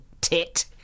tit